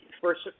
first